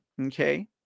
Okay